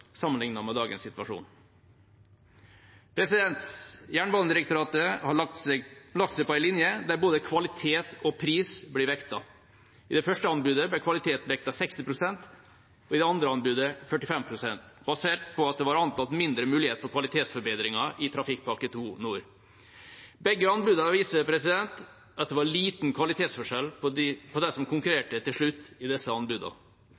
med dagens situasjon. Jernbanedirektoratet har lagt seg på en linje der både kvalitet og pris blir vektet. I det første anbudet ble kvalitet vektet 60 pst. og i det andre anbudet 45 pst., basert på at det var antatt mindre mulighet for kvalitetsforbedringer i Trafikkpakke 2 Nord. Begge anbudene viser at det var liten kvalitetsforskjell på de som konkurrerte til slutt i disse anbudene. Da bør det ikke komme som